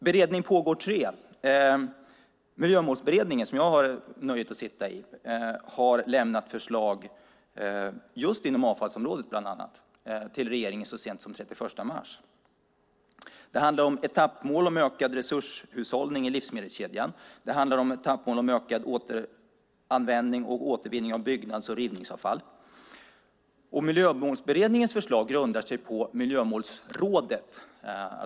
Beredning pågår 3: Miljömålsberedningen, som jag har nöjet att sitta i, har lämnat förslag till regeringen bland annat inom avfallsområdet så sent som den 31 mars. Det handlar om etappmål om ökad resurshushållning i livsmedelskedjan och om ökad återanvändning och återvinning av byggnads och rivningsavfall. Miljömålsberedningens förslag grundar sig på Miljömålsrådets arbete.